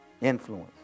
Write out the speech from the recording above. Influence